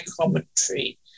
commentary